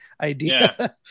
idea